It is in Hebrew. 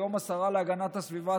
היום השר להגנת הסביבה,